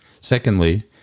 Secondly